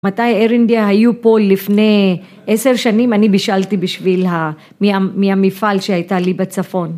מתי איר אינדיה היו פה לפני עשר שנים אני בשלתי בשביל מהמפעל שהייתה לי בצפון